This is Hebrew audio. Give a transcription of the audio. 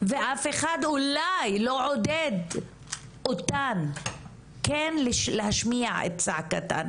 ואף אחד אולי לא עודד אותן כן להשמיע את צעקתן